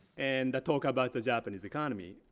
and i talk about the japanese economy.